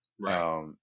Right